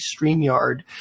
StreamYard